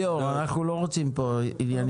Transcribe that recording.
ליאור, אנחנו לא רוצים פה עניינים כאלה.